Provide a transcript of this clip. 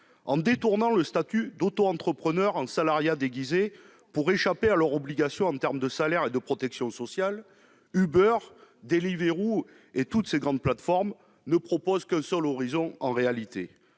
En détournant le statut d'autoentrepreneur en salariat déguisé pour échapper à leurs obligations en termes de salaire et de protection sociale, Uber, Deliveroo et toutes ces grandes plateformes ne proposent en réalité